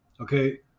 okay